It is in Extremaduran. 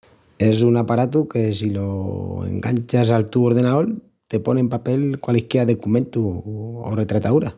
Es un aparatu que si lo enganchas al tu ordenaol te pon en papel qualisquiá decumentu o retrataúra.